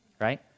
Right